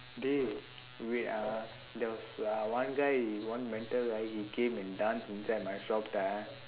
dey wait ah there was uh one guy he [one] mental right he came and dance inside my shop ah